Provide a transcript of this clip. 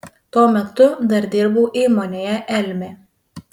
tuo metu dar dirbau įmonėje elmė